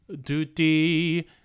duty